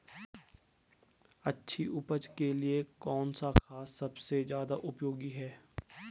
अच्छी उपज के लिए कौन सा खाद सबसे ज़्यादा उपयोगी है?